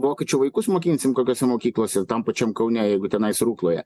vokiečių vaikus mokinsim kokiose mokyklose tam pačiam kaune jeigu tenais rukloje